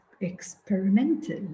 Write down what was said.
experimental